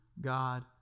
God